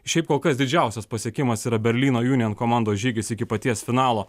šiaip kokias didžiausias pasiekimas yra berlyno union komandos žygis iki paties finalo